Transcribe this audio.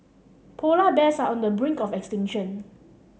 polar bears are on the brink of extinction